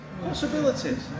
Possibilities